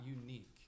unique